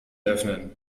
öffnen